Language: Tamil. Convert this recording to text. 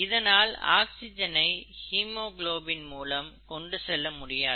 இதனால் ஆக்சிஜனை ஹீமோகுளோபின் மூலம் கொண்டு செல்ல முடியாது